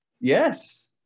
Yes